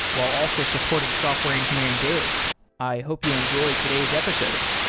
while also supporting software engineering daily i hope you enjoy today's episode